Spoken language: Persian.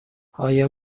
آیا